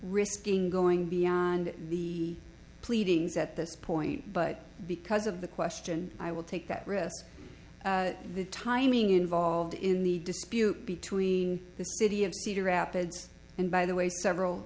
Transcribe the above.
risking going beyond the pleadings at this point but because of the question i will take that risk the timing involved in the dispute between the city of cedar rapids and by the way several